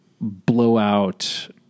blowout